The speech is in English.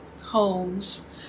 homes